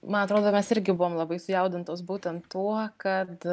man atrodo mes irgi buvom labai sujaudintos būtent tuo kad